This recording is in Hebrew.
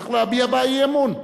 צריך להביע בה אי-אמון.